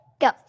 Go